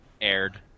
aired